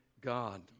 God